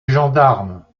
gendarmes